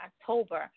October